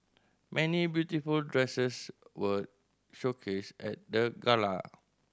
many beautiful dresses were showcased at the gala